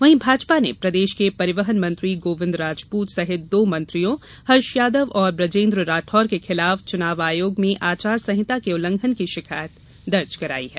वहीं भाजपा ने प्रदेष के परिवहन मंत्री गोविन्द राजपूत सहित दो मंत्रियो हर्ष यादव और ब्रजेन्द्र राठौर के खिलाफ चुनाव आयोग में आचार संहिता के उल्लंघन की शिकायत दर्ज कराई गई है